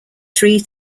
three